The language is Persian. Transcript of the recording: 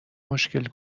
مشکل